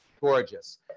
gorgeous